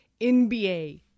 NBA